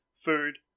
Food